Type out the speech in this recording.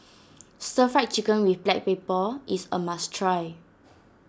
Stir Fried Chicken with Black Pepper is a must try